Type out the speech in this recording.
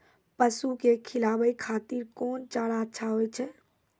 पसु के खिलाबै खातिर कोन चारा अच्छा होय छै?